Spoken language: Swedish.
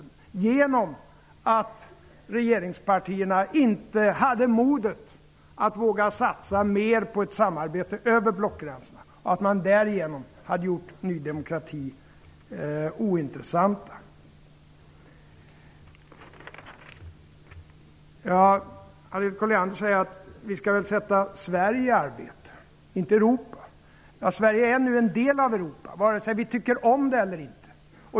Det beror på att regeringspartierna inte har haft modet att våga satsa mer på ett samarbete över blockgränserna och därmed göra Harriet Colliander säger att vi skall sätta Sverige i arbete -- inte Europa. Sverige är en del av Europa, vare sig vi tycker om det eller inte.